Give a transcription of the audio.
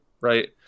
right